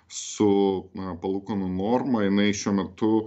su palūkanų norma jinai šiuo metu